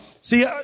See